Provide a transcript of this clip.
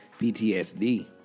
PTSD